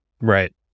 Right